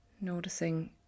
Noticing